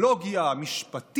המשרד,